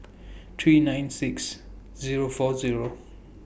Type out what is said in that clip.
three nine six Zero four Zero